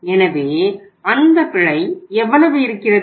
எனவே அந்த பிழை எவ்வளவு இருக்கிறது